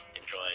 enjoy